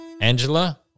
Angela